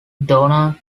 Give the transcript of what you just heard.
donna